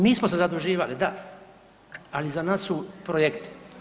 Mi smo se zaduživali da, ali iza nas su projekti.